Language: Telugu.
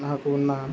నాకు ఉన్న